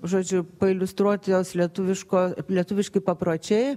žodžiu pailiustruoti lietuviško lietuviški papročiai